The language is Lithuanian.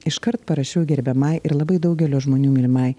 iškart parašiau gerbiamai ir labai daugelio žmonių mylimai